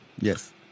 Yes